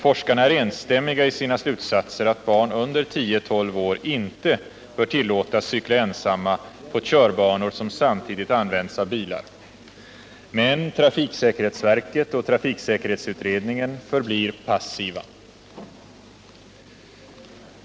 Forskarna är enstämmiga i sina slutsatser att barn under tio-tolv år inte bör tillåtas cykla ensamma på körbanor som samtidigt används av bilar. Men trafiksäkerhetsverket och trafiksäkerhetsutredningen förblir passiva.